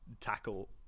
tackle